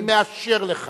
אני מאשר לך